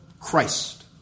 Christ